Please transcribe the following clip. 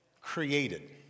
created